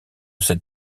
cette